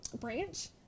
branch